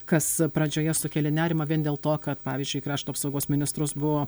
kas pradžioje sukelė nerimą vien dėl to kad pavyzdžiui į krašto apsaugos ministras buvo